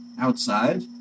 Outside